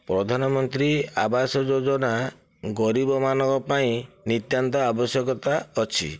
ପ୍ରଧାନମନ୍ତ୍ରୀ ଆବାସ ଯୋଜନା ଗରିବ ମାନଙ୍କ ପାଇଁ ନିତ୍ୟାନ୍ତ ଆବଶ୍ୟକତା ଅଛି